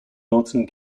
milton